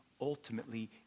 ultimately